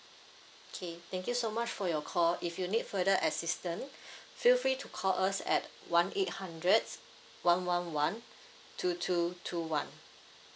okay thank you so much for your call if you need further assistance feel free to call us at one eight hundred one one one two two two one